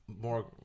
more